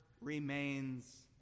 remains